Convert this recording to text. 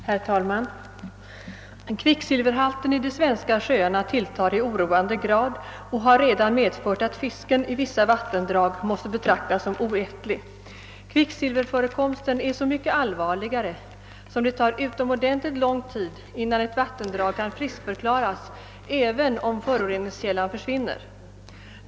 Herr talman! Kvicksilverhalten i de svenska sjöarna tilltar i oroande grad och har redan medfört att fisken i vissa vattendrag måste betraktas som oätlig. Kvicksilverförekomsten är så mycket allvarligare som det tar utomordentligt lång tid innan ett vattendrag kan friskförklaras även om föroreningskällan försvinner.